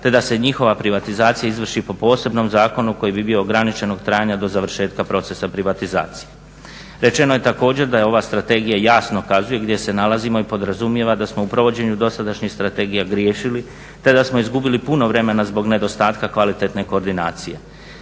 te da se njihova privatizacija izvrši po posebnom zakonu koji bi bio ograničenog trajanja do završetka procesa privatizacije. Rečeno je također da je ova strategija jasno ukazuje gdje se nalazimo i podrazumijeva da smo u provođenju dosadašnjih strategija griješili, te da smo izgubili puno vremena zbog nedostatka kvalitetne koordinacije.